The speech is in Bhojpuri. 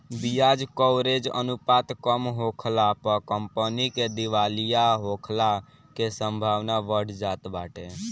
बियाज कवरेज अनुपात कम होखला पअ कंपनी के दिवालिया होखला के संभावना बढ़ जात बाटे